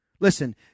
listen